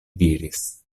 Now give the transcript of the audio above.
diris